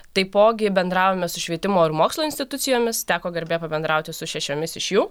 taipogi bendravome su švietimo ir mokslo institucijomis teko garbė pabendrauti su šešiomis iš jų